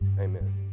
Amen